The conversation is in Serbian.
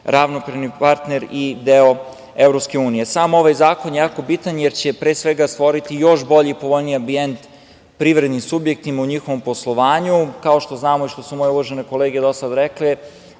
ravnopravni partner i deo Evropske unije. Sam ovaj zakon je jako bitan jer će pre svega stvoriti još bolji i povoljniji ambijent privrednim subjektima u njihovom poslovanju, kao što znamo i što su moje uvažene kolege do sada rekle,